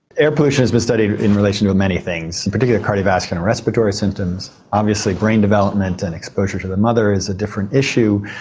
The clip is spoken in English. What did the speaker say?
air pollution has been studied in relation to many things. in particular cardiovascular and respiratory symptoms obviously brain development and exposure to the mother is a different issue.